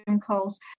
calls